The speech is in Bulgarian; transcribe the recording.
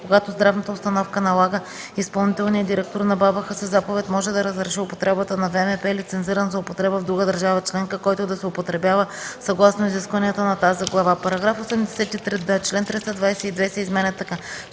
Когато здравната обстановка налага, изпълнителният директор на БАБХ със заповед може да разреши употребата на ВМП, лицензиран за употреба в друга държава членка, който да се употребява съгласно изискванията на тази глава.” § 83д. Член 322 се изменя така: